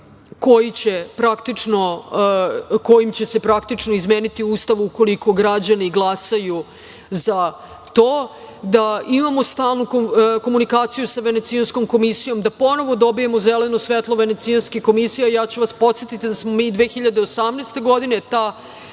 kojim će se praktično izmeniti Ustav ukoliko građani glasaju za to, da imamo stalnu komunikaciju sa Venecijanskom komisijom, da ponovo dobijemo zeleno svetlo Venecijanske komisije. Podsetiću vas da smo mi 2018. godine